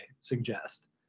suggest